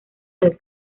del